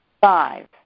Five